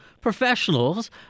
professionals